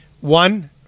One